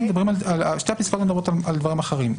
שתי הפסקאות מדברות על דברים אחרים.